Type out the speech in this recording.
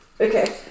Okay